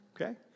Okay